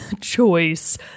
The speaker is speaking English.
choice